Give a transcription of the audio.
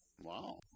Wow